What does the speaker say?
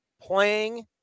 playing –